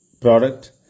product